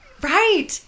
Right